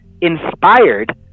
inspired